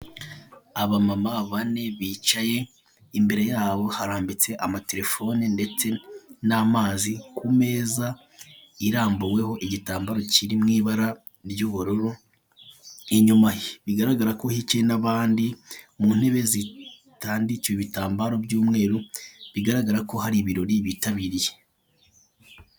Abamama bane bicaye imbere yabo harambitse amatelefone ndetse n'amazi ku meza irambuweho igitambaro kiri mu ibara ry'ubururu, inyuma bigaragara ko hicaye n'abandi mu ntebe zitandikiwe ibitambaro by'umweru bigaragara ko hari ibirori bitabiriye.